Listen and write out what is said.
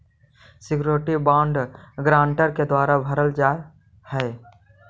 surety bond guarantor के द्वारा भरल जा हइ